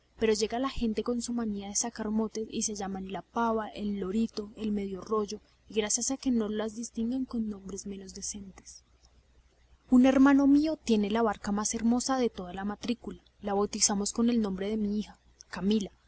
pero llega la gente con su manía de sacar motes y se llaman la pava el lorito la medio rollo y gracias que no las distingan con nombres menos decentes un hermano mío tiene la barca más hermosa de toda la matrícula la bautizamos con el nombre de mi hija camila